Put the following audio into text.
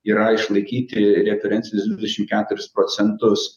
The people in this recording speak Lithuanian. yra išlaikyti referencinius dvidešimt keturis procentus